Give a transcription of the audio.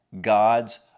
God's